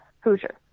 Hoosier